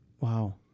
Wow